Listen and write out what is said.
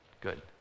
Good